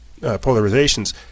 polarizations